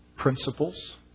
principles